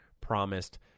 promised